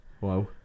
wow